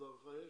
יש הערכה?